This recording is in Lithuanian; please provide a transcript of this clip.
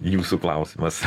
jūsų klausimas